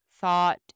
thought